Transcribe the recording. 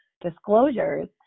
disclosures